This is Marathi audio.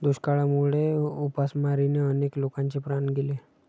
दुष्काळामुळे उपासमारीने अनेक लोकांचे प्राण गेले